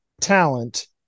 talent